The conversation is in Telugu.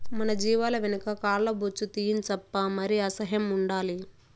మన జీవాల వెనక కాల్ల బొచ్చు తీయించప్పా మరి అసహ్యం ఉండాలి